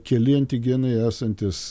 keli antigenai esantys